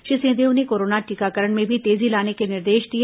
श्री सिंहदेव ने कोरोना टीकाकरण में भी तेजी लाने के निर्देश दिए